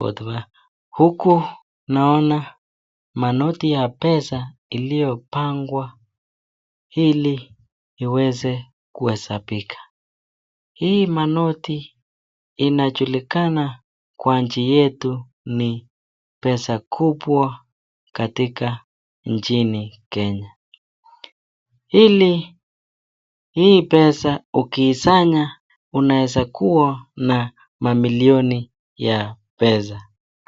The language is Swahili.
Huku naona manoti ya pesa iliopangwa ili iweze kuhesabika. Hii manoti inachulikana kwa nchi yetu ni pesa kubwa katika nchini Kenya. Hili hii pesa ukiisanya unaweza kuwa na mamilioni ya pesa.